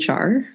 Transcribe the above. HR